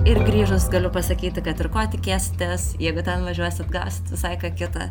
ir grįžus galiu pasakyti kad ir ko tikėsities jeigu ten važiuosit gausit visai ką kita